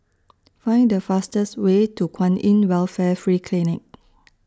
Find The fastest Way to Kwan in Welfare Free Clinic